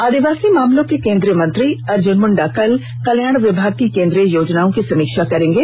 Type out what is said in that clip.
आदिवासी मामलों के केंद्रीय मंत्री अर्जुन मुण्डा कल कल्याण विभाग की केंद्रीय योजनाओं की समीक्षा करेंगे